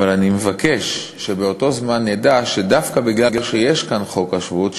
אבל אני מבקש שבאותו זמן נדע שדווקא מכיוון שיש כאן חוק השבות,